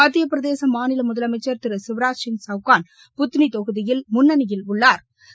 மத்திய பிரதேச மாநில முதலமைச்ச் திரு ஷிவராஜ் சிங் சௌகாள் புத்னி தொகுதியில் முன்னிலையில் உள்ளா்